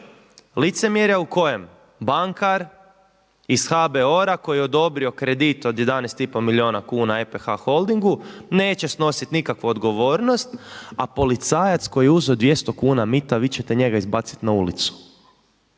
licemjerja u kojem bankar iz HBOR-a koji je odobrio kredit od 11,5 milijuna kuna EPH holdingu neće snositi nikakvu odgovornost, a policajac koji je uzeo 200 kuna mita vi ćete njega izbaciti na ulicu,